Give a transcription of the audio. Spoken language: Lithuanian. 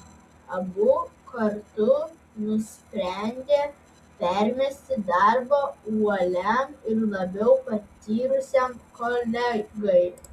abu kartu nusprendė permesti darbą uoliam ir labiau patyrusiam kolegai